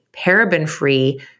paraben-free